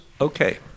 Okay